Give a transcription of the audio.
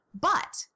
But-